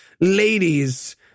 ladies